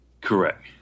Correct